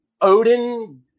Odin